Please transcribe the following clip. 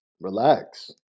relax